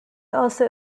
also